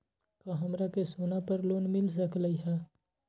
का हमरा के सोना पर लोन मिल सकलई ह?